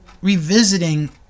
revisiting